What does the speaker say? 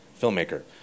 filmmaker